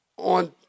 on